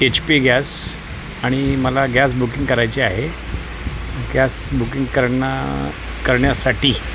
H P gas आणि मला gas booking करायची आहे गॅस बुकिंग करणं करण्यासाठी